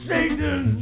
Satan